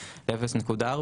0.4,